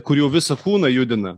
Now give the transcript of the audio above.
kur jau visą kūną judina